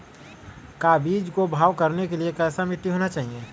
का बीज को भाव करने के लिए कैसा मिट्टी होना चाहिए?